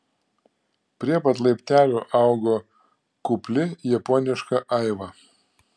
prie pat laiptelių augo kupli japoniška aiva